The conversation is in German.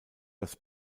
das